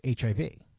hiv